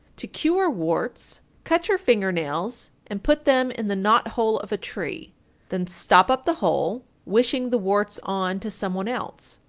to cure warts cut your finger-nails and put them in the knothole of a tree then stop up the hole, wishing the warts on to some one else.